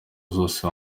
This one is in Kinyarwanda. zose